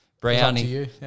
Brownie